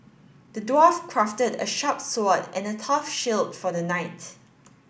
the dwarf crafted a sharp sword and a tough shield for the knight